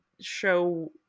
show